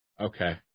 Okay